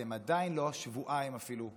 ואתם עדיין לא שבועיים אפילו בשלטון?